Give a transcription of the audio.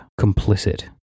complicit